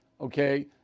okay